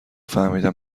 فهمیدم